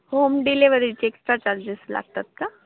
home डिलेवरीचे extra charges लागतात का